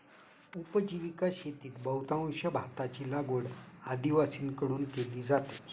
उपजीविका शेतीत बहुतांश भाताची लागवड आदिवासींकडून केली जाते